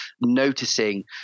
noticing